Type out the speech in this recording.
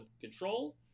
control